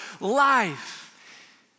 life